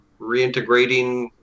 reintegrating